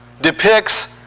depicts